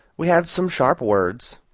we had some sharp words,